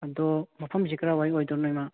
ꯑꯗꯣ ꯃꯐꯝꯁꯦ ꯀꯗꯥꯏꯋꯥꯏ ꯑꯣꯏꯗꯣꯏꯅꯣ ꯏꯃꯥ